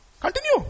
Continue